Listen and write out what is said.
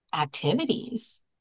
activities